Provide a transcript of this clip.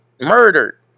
murdered